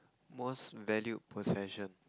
most valued possession